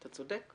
אתה צודק.